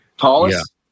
Tallest